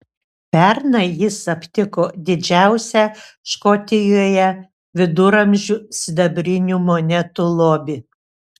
pernai jis aptiko didžiausią škotijoje viduramžių sidabrinių monetų lobį